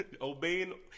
Obeying